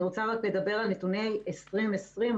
אני רוצה לדבר על נתוני 2020,